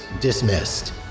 dismissed